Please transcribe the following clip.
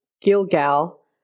Gilgal